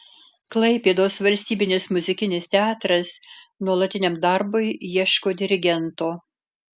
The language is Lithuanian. klaipėdos valstybinis muzikinis teatras nuolatiniam darbui ieško dirigento